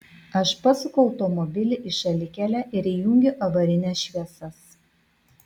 aš pasuku automobilį į šalikelę ir įjungiu avarines šviesas